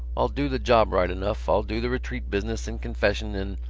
i'll do the job right enough. i'll do the retreat business and confession, and.